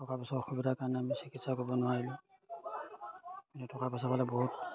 টকা পইচাৰ অসুবিধাৰ কাৰণে আমি চিকিৎসা কৰিব নোৱাৰিলোঁ টকা পইচা পালে বহুত